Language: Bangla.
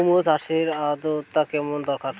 কুমড়ো চাষের আর্দ্রতা কেমন দরকার?